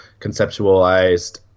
conceptualized